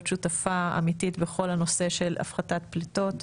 שותפה אמיתית בכל הנושא של הפחתת פליטות,